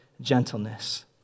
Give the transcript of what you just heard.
gentleness